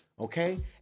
Okay